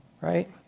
Right